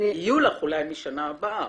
יהיו לך נתונים אולי משנה הבאה.